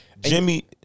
Jimmy –